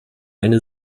eine